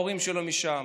ההורים שלו משם,